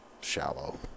shallow